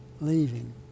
leaving